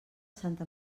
santa